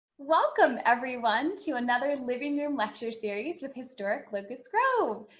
welcome everyone to another living room lecture series with historic locust grove!